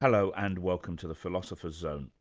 hello and welcome to the philosopher's zone,